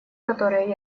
которые